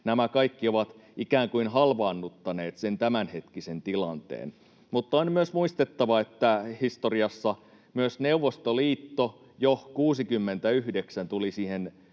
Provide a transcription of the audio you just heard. nämä kaikki ovat ikään kuin halvaannuttaneet sen tämänhetkisen tilanteen. Mutta on myös muistettava, että historiassa myös Neuvostoliitto jo 69 tuli siihen